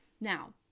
Now